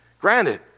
Granted